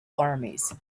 armies